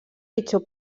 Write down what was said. pitjor